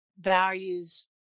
values